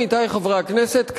עמיתי חברי הכנסת,